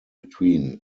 between